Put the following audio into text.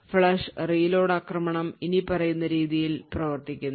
flush reload ആക്രമണം ഇനിപ്പറയുന്ന രീതിയിൽ പ്രവർത്തിക്കുന്നു